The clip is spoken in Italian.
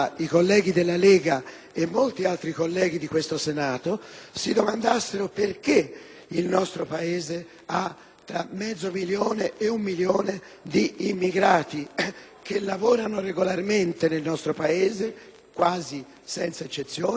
tra il mezzo milione e un milione di immigrati che lavorano regolarmente nel nostro Paese, quasi senza eccezione, che sono in posizione di irregolarità. Dovrebbero mettersi una mano sulla coscienza -